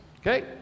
Okay